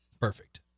Perfect